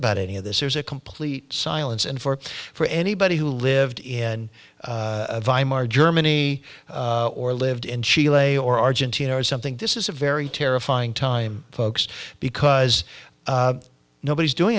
about any of this there's a complete silence and for for anybody who lived in germany or lived in she lay or argentina or something this is a very terrifying time folks because nobody's doing